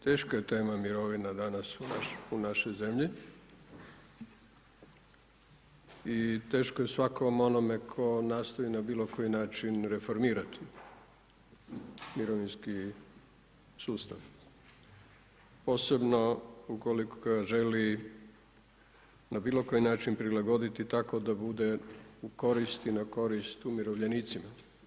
Teška je tema mirovina danas u našoj zemlji i teško je svakom onome tko nastoji na bilo koji način reformirat mirovinski sustav, posebno u koliko ga želi na bilo koji način prilagoditi tako da bude u korist i na korist umirovljenicima.